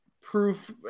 proof